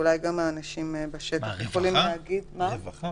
גורמי רווחה?